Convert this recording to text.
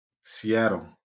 Seattle